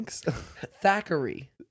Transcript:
Thackeray